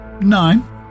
Nine